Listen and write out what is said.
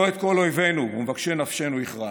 לא את כל אויבינו ומבקשי נפשנו הכרענו.